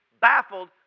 baffled